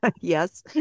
Yes